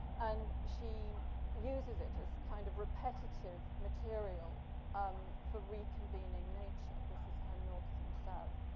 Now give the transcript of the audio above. and she uses it as kind of repetitive material um for reconvening nature. this is her north and south.